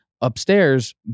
upstairs